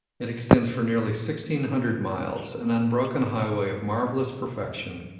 it extends for nearly sixteen hundred miles, an unbroken highway of marvellous perfection,